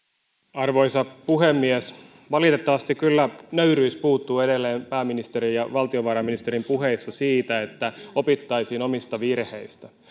arvoisa puhemies valitettavasti kyllä nöyryys puuttuu edelleen pääministerin ja valtiovarainministerin puheista niin että opittaisiin omista virheistä